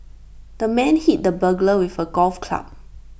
the man hit the burglar with A golf club